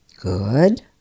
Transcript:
Good